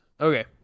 okay